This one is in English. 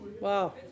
Wow